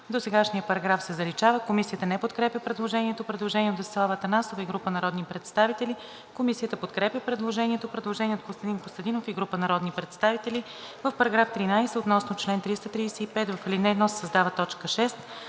Досегашният параграф се заличава. Комисията не подкрепя предложението. Предложение от Десислава Атанасова и група народни представители. Комисията подкрепя предложението. Предложение от Костадин Костадинов и група народни представители: „В § 13 относно чл. 335 в ал. 1 се създава т. 6: